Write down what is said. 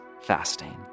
fasting